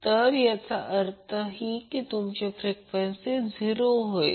तर याचा अर्थ तुमची फ्रिक्वेंसी ही 0 होईल